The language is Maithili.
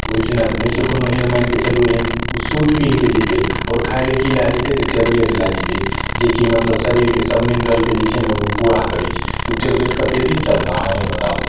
ओइठिना नहि छै एहन कोनो मानिके चलू एहन उ सूट पिन्हके जेतय आओर खाए लए की लए जेतय तऽ टेबलेट लए जेतय जे कि मतलब शरीरके सब मिनरलके जे छै ने उ पूरा करय छै तऽ उ टेबलेट कते दिन चलता आहें बताबू